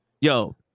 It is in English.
yo